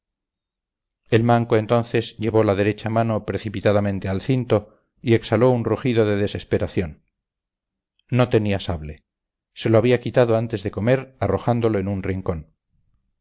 el manco entonces llevó la derecha mano precipitadamente al cinto y exhaló un rugido de desesperación no tenía sable se lo había quitado antes de comer arrojándolo en un rincón